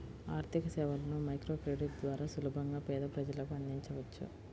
ఆర్థికసేవలను మైక్రోక్రెడిట్ ద్వారా సులభంగా పేద ప్రజలకు అందించవచ్చు